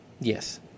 Yes